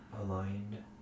aligned